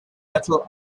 metal